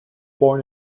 born